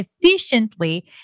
efficiently